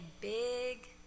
big